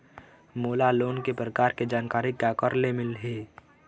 मोला लोन के प्रकार के जानकारी काकर ले मिल ही?